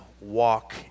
walk